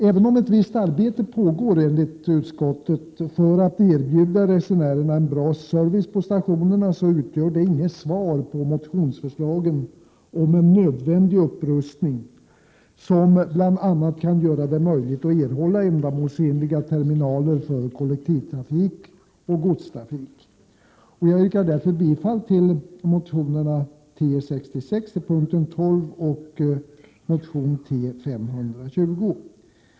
Även om det enligt utskottet pågår ett visst arbete för att erbjuda resenärerna en bra service på stationerna, så utgör detta besked inget svar på motionsförslagen om en nödvändig upprustning, som bl.a. kan göra det möjligt att erhålla ändamålsenliga terminaler för kollektivtrafik och godstrafik. Jag yrkar därför bifall till motion T66 yrkande 12 och motion T520.